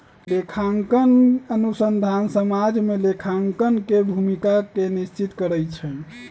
लेखांकन अनुसंधान समाज में लेखांकन के भूमिका के निश्चित करइ छै